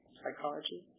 psychology